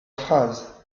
phrase